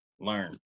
Learn